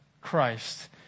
Christ